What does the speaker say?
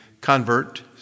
convert